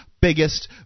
biggest